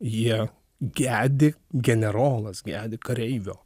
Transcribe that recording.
jie gedi generolas gedi kareivio